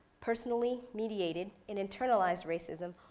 personally mediated, and internalized racism,